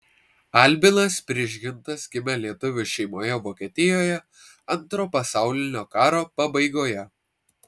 albinas prižgintas gimė lietuvių šeimoje vokietijoje antro pasaulinio karo pabaigoje